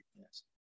yes